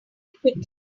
quickly